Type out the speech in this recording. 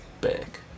back